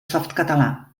softcatalà